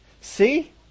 see